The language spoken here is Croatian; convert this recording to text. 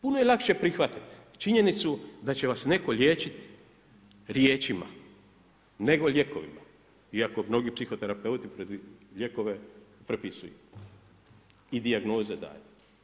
Puno je lakše prihvatiti činjenicu da će vas netko liječit riječima nego lijekovima, iako mnogi psihoterapeuti lijekove propisuju i dijagnoze daju.